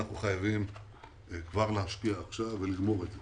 אנחנו חייבים להשקיע עכשיו ולגמור את זה.